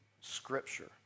scripture